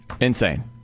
Insane